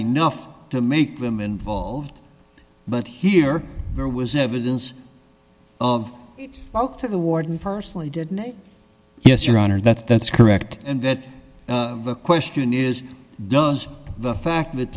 enough to make them involved but here there was evidence of spoke to the warden personally didn't say yes your honor that's that's correct and that the question is does the fact that